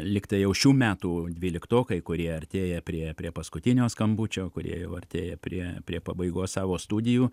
lyg tai jau šių metų dvyliktokai kurie artėja prie prie paskutinio skambučio kurie jau artėja prie prie pabaigos savo studijų